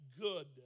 good